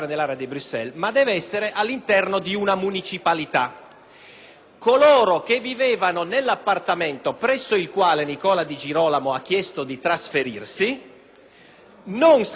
Coloro che vivevano nell'appartamento presso cui Nicola Di Girolamo ha chiesto di trasferirsi non sapevano che a quella via, a quel numero civico,